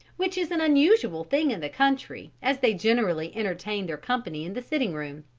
which is an unusual thing in the country as they generally entertain their company in the sitting room.